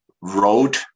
road